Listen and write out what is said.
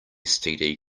std